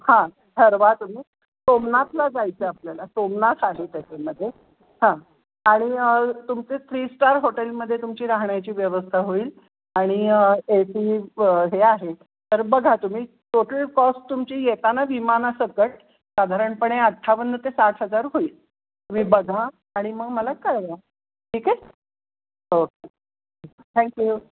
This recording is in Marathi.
हां ठरवा तुम्ही सोमनाथला जायचं आपल्याला सोमनाथ आहे त्याच्यामध्ये हां आणि तुमची थ्री स्टार हॉटेलमध्ये तुमची राहण्याची व्यवस्था होईल आणि ए सी हे आहे तर बघा तुम्ही टोटल कॉस्ट तुमची येताना विमानासकट साधारणपणे अठ्ठावन्न ते साठ हजार होईल तुम्ही बघा आणि मग मला कळवा ठीक आहे ओके थँक्यू